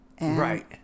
right